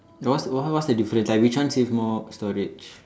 no what's what's the difference like which one save more storage